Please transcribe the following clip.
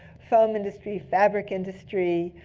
foam industry, fabric industry,